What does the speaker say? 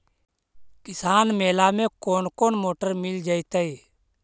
किसान मेला में कोन कोन मोटर मिल जैतै?